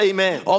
Amen